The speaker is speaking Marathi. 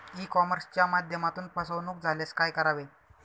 ई कॉमर्सच्या माध्यमातून फसवणूक झाल्यास काय करावे?